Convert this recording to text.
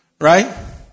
Right